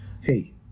Hey